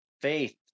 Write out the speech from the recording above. faith